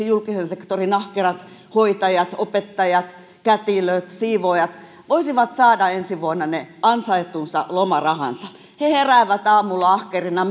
julkisen sektorin ahkerat hoitajat opettajat kätilöt siivoojat voisivat saada ensi vuonna ne ansaitut lomarahansa he heräävät aamulla ahkerina